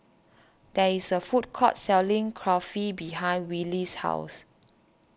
there is a food court selling Kulfi behind Willie's house